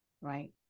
Right